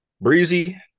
breezy